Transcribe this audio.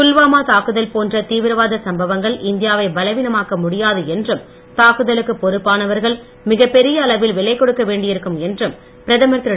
புல்வாமா தாக்குதல் போன்ற தீவிரவாத சம்பவங்கள் இந்தியா வை பலவீனமாக்க முடியாது என்றும் தாக்குதலுக்கு பொறுப்பானவர்கள் மிகப்பெரிய அளவில் விலை கொடுக்க வேண்டியிருக்கும் என்றும் பிரதமர் திரு